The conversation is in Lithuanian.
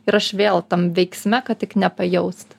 ir aš vėl tam veiksme kad tik nepajaust